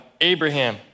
Abraham